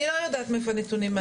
אני לא יודעת מאיפה הנתונים האלה.